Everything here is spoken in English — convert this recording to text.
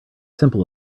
simple